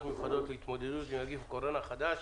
מיוחדות להתמודדות עם נגיף הקורונה החדש